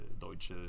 Deutsche